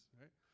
right